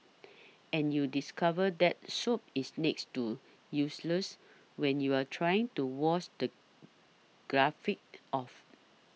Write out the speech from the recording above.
and you discover that soap is next to useless when you're trying to wash the graphite off